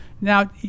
now